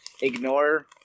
ignore